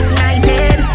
United